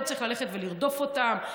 לא צריך ללכת ולרדוף אותם,